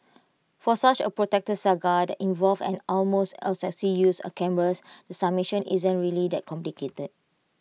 for such A protracted saga that involved an almost obsessive use of cameras the summation isn't really that complicated